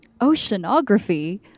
Oceanography